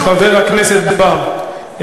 חבר הכנסת בר,